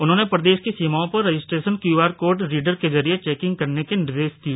उन्होंने प्रदेश की सीमाओं पर रजिस्ट्रेशन क्यूआर कोड रीडर के जरिए चैकिंग करने के निर्देश दिए